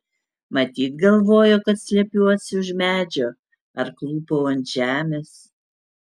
matyt galvojo kad slepiuosi už medžio ar klūpau ant žemės